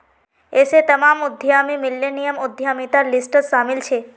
ऐसे तमाम उद्यमी मिल्लेनियल उद्यमितार लिस्टत शामिल छे